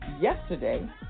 yesterday